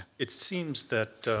it seems that